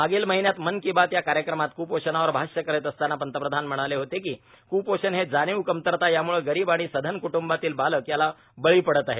मागील महिन्यात मन की बात या कार्यक्रमात कुपोषणावर भाष्य करीत असताना पंतप्रधन म्हणाले होते की कुपोषण हे जाणीव कमतरता यामुळं गरीब आणि सधन कुटूंबातील बालक याला बळी पडत आहेत